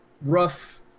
rough